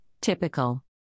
Typical